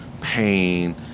pain